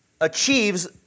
achieves